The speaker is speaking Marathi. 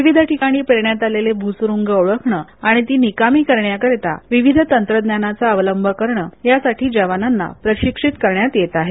विविध ठिकाणी पेरण्यात आलेली भुसुरुंग ओळखणं आणि ती निकामी करण्याकरीता विविध तंत्रज्ञानाचा अवलंब करणं यासाठी जवानांना प्रशिक्षित करण्यात येत आहे